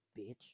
bitch